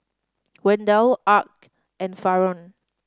Wendell Arch and Faron